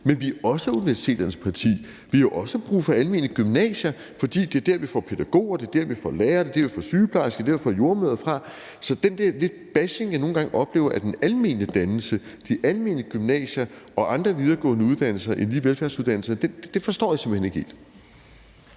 Men vi er også universiteternes parti. Og vi har jo også brug for almene gymnasier, fordi det er derfra, vi får pædagoger, det er derfra, vi får lærere, det er derfra, vi får sygeplejersker, og det er derfra, vi får jordemødre. Så den der lidt bashing, jeg nogle gange oplever af den almene dannelse, de almene gymnasier og andre videregående uddannelser end lige velfærdsuddannelserne, forstår jeg simpelt hen ikke helt.